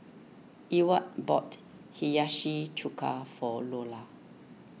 Ewart bought Hiyashi Chuka for Lola